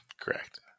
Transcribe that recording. Correct